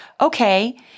okay